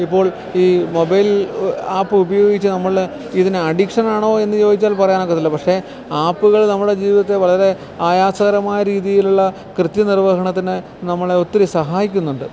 ഇപ്പോൾ ഈ mobile app ഉപയോഗിച്ച് നമ്മൾ ഇതിന് അഡിക്ഷനാണോ എന്നു ചോദിച്ചാൽ പറയാനൊക്കത്തില്ല പക്ഷേ ആപ്പുകൾ നമ്മുടെ ജീവിതത്തെ വളരെ ആയാസകരമായ രീതിയിലുള്ള കൃത്യനിർവഹണത്തിന് നമ്മളെ ഒത്തിരി സഹായിക്കുന്നുണ്ട്